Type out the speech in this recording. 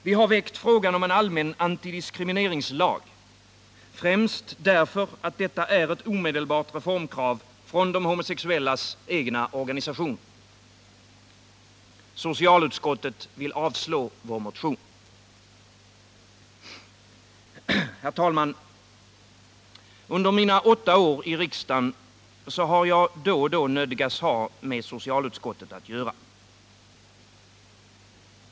Vi har väckt frågan om en allmän antidiskrimineringslag främst därför att detta är ett omedelbart reformkrav från de homosexuellas egna organisationer. Socialutskottet vill avslå vår motion. Herr talman! Under mina åtta år i riksdagen har jag då och då nödgats ha med socialutskottet att göra.